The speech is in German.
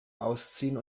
ausziehen